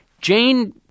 Jane